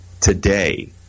today